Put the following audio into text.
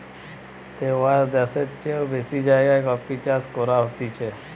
তেয়াত্তর দ্যাশের চেও বেশি জাগায় কফি চাষ করা হতিছে